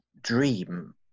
dream